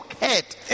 head